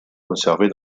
conservées